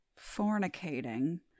fornicating